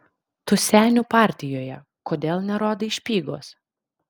tu senių partijoje kodėl nerodai špygos